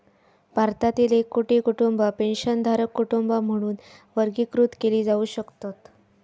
भारतातील एक कोटी कुटुंबा पेन्शनधारक कुटुंबा म्हणून वर्गीकृत केली जाऊ शकतत